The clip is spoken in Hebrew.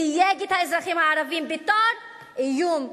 תייג את האזרחים הערבים בתור איום אסטרטגי.